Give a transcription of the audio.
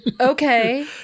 Okay